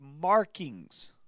markings